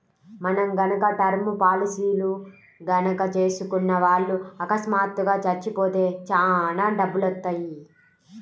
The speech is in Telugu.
మనం గనక టర్మ్ పాలసీలు గనక చేసుకున్న వాళ్ళు అకస్మాత్తుగా చచ్చిపోతే చానా డబ్బులొత్తయ్యి